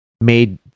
made